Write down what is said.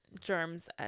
germs